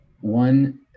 One